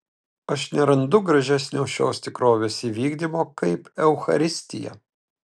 aš nerandu gražesnio šios tikrovės įvykdymo kaip eucharistija